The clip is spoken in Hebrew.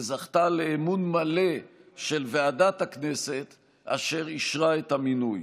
וזכתה לאמון מלא של ועדת הכנסת אשר אישרה את המינוי.